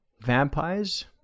Vampires